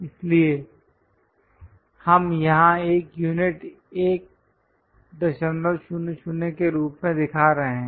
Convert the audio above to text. इसलिए हम यहां 1 यूनिट 100 के रूप में दिखा रहे हैं